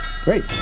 Great